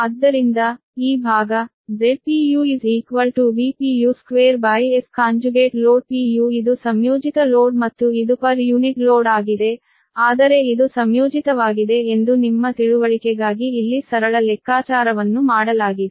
ಆದ್ದರಿಂದ ಈ ಭಾಗ Zpu 2Sloadpuಇದು ಸಂಯೋಜಿತ ಲೋಡ್ ಮತ್ತು ಇದು ಪ್ರತಿ ಯೂನಿಟ್ ಲೋಡ್ ಆಗಿದೆ ಆದರೆ ಇದು ಸಂಯೋಜಿತವಾಗಿದೆ ಎಂದು ನಿಮ್ಮ ತಿಳುವಳಿಕೆಗಾಗಿ ಇಲ್ಲಿ ಸರಳ ಲೆಕ್ಕಾಚಾರವನ್ನು ಮಾಡಲಾಗಿದೆ